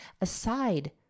aside